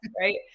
right